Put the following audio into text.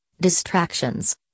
distractions